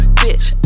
bitch